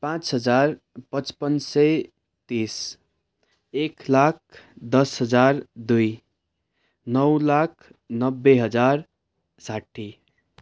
पाँच हजार पचपन्न सय तिस एक लाख दस हजार दुई नौ लाख नब्बे हजार साठी